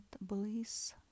bliss